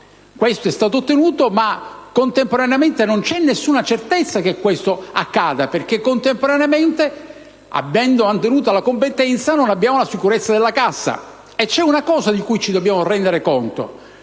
Questo è stato ottenuto, ma contemporaneamente non c'è nessuna certezza che questo accada. Infatti, contemporaneamente, avendo mirato alla competenza non abbiamo la sicurezza della cassa. E c'è una cosa di cui ci dobbiamo rendere conto: